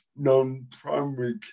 non-primary